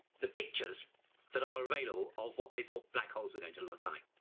the pictures that are available of what they thought black holes are going to look like.